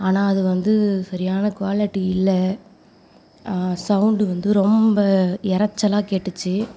ஆனால் அதில் வந்து சரியான குவாலிட்டி இல்லை சௌண்ட் வந்து ரொம்ப இரச்சலா கேட்டுச்சு